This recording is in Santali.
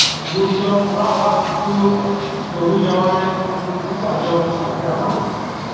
ᱜᱩᱲ ᱡᱚᱢ ᱚᱲᱟᱜ ᱚᱲᱟᱜ ᱯᱤᱪᱷᱩ ᱵᱟᱹᱦᱩ ᱡᱟᱢᱟᱭ ᱜᱩᱲ ᱠᱚ ᱟᱡᱚ ᱟᱠᱚ ᱠᱟᱱ ᱛᱟᱸᱦᱮᱫ ᱟ ᱵᱟᱝ